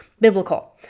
biblical